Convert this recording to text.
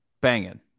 banging